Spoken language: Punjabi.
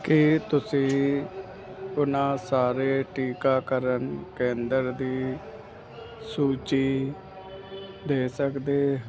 ਕੀ ਤੁਸੀਂ ਉਹਨਾਂ ਸਾਰੇ ਟੀਕਾਕਰਨ ਕੇਂਦਰ ਦੀ ਸੂਚੀ ਦੇ ਸਕਦੇ